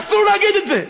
אסור להגיד את זה,